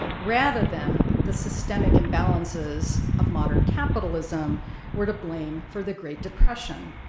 rather than the systemic imbalances of modern capitalism were to blame for the great depression.